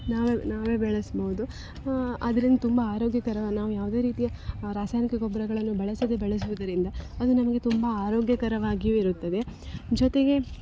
ನಾವೆ ನಾವೇ ಬೆಳೆಸ್ಬೌದು ಅದ್ರಿಂದ ತುಂಬ ಆರೋಗ್ಯಕರ ನಾವು ಯಾವುದೇ ರೀತಿಯ ರಾಸಾಯನಿಕ ಗೊಬ್ಬರಗಳನ್ನು ಬಳಸದೆ ಬೆಳಸುವುದರಿಂದ ಅದು ನಮಗೆ ತುಂಬ ಆರೋಗ್ಯಕರವಾಗಿಯೂ ಇರುತ್ತದೆ ಜೊತೆಗೆ